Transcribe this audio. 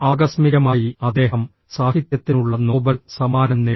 ആകസ്മികമായി അദ്ദേഹം സാഹിത്യത്തിനുള്ള നോബൽ സമ്മാനം നേടി